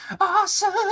Awesome